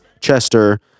Chester